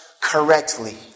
correctly